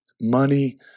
money